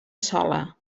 sola